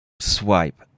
swipe